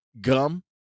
gum